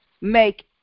make